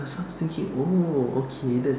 so I was thinking oh okay that's